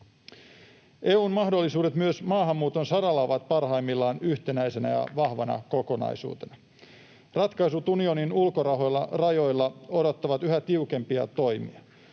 EU:n mahdollisuudet myös maahanmuuton saralla ovat parhaimmillaan yhtenäisenä ja vahvana kokonaisuutena. Ratkaisut unionin ulkorajoilla odottavat yhä tiukempia toimia.